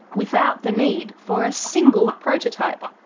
without the need for a single prototype,